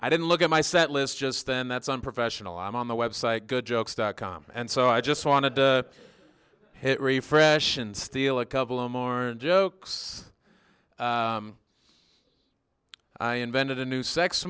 i didn't look at my set list just then that's unprofessional i'm on the website good jokes dot com and so i just want to hit refresh and steal a couple of morning jokes i invented a new sex